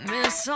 Miss